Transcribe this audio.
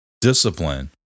discipline